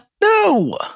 No